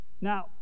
Now